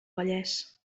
vallès